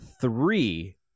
three